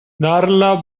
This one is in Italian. darla